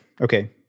Okay